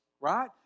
right